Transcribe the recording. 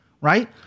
Right